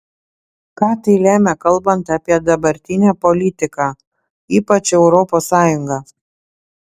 ką tai lemia kalbant apie dabartinę politiką ypač europos sąjungą